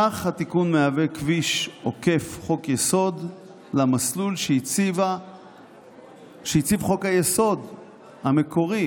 כך התיקון מהווה כביש עוקף חוק-יסוד למסלול שהציב חוק-היסוד המקורי